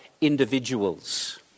individuals